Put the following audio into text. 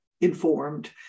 informed